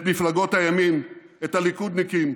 את מפלגות הימין, את הליכודניקים,